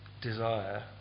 desire